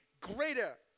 greater